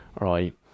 right